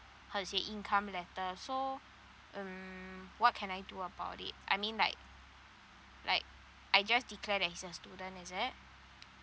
how to say it income letter so um what can I do about it I mean like like I just declared that he's a student is it